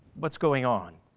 what's going on?